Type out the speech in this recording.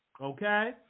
Okay